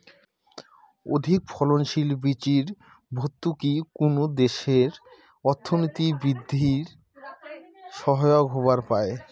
অধিকফলনশীল বীচির ভর্তুকি কুনো দ্যাশের অর্থনীতি বিদ্ধির সহায়ক হবার পায়